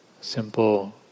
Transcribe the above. Simple